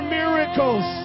miracles